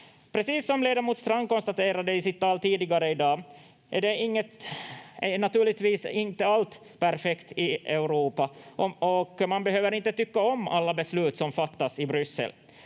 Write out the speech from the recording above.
Precis som ledamot Strand konstaterade i sitt tal tidigare i dag är naturligtvis inte allt perfekt i Europa och man behöver inte tycka om alla beslut som fattas i Bryssel.